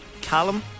Callum